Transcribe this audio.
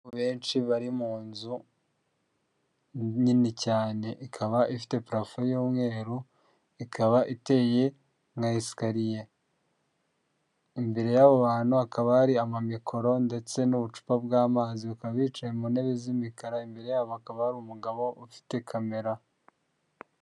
Benshi bari mu nzu nini cyane ikaba ifite parafo y'umweru, ikaba iteye nka esikariye. Imbere yabo bantu hhakaba ari amamikoro, ndetse n'ubucupa bw'amazi, bakaba bicaye mu ntebe z'imikara imbere yabo akaba ari umugabo ufite kamera.